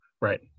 Right